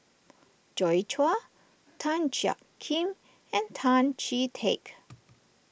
Joi Chua Tan Jiak Kim and Tan Chee Teck